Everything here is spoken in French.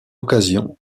occasion